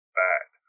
bad